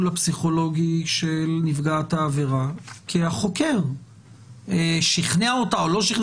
הפסיכולוגי של נפגעת העבירה כי החוקר שכנע אותה או לא,